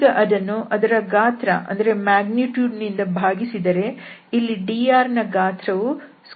ಈಗ ಅದನ್ನು ಅದರ ಗಾತ್ರ ದಿಂದ ಭಾಗಿಸಿದರೆ ಇಲ್ಲಿ dr ನ ಗಾತ್ರ ವು dx2dy2 ಆಗಿದೆ